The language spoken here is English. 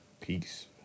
Peace